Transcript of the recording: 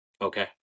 Okay